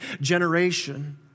generation